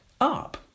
up